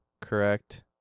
correct